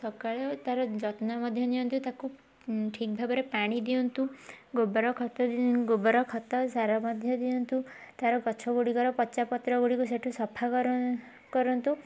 ସକାଳେ ତାର ଯତ୍ନ ମଧ୍ୟ ନିଅନ୍ତୁ ତାକୁ ଠିକ୍ ଭାବରେ ପାଣି ଦିଅନ୍ତୁ ଗୋବର ଗୋବର ଖତ ସାର ମଧ୍ୟ ଦିଅନ୍ତୁ ତାର ଗଛଗୁଡ଼ିକର ପଚା ପତ୍ର ଗୁଡ଼ିକୁ ସେଠୁ ସଫା କର କରନ୍ତୁ